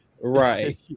Right